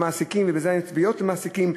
נגד מעסיקים,